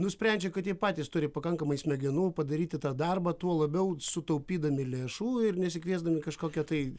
nusprendžia kad jie patys turi pakankamai smegenų padaryti tą darbą tuo labiau sutaupydami lėšų ir nesikviesdami kažkokio tai